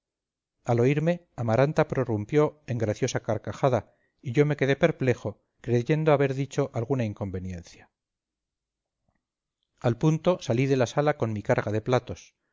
al oírme amaranta prorrumpió en graciosa carcajada y yo me quedé perplejo creyendo haber dicho alguna inconveniencia al punto salí de la sala con mi carga de platos